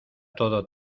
todo